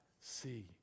see